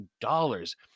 dollars